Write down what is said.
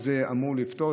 שזה אמור לפתור,